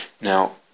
Now